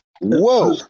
Whoa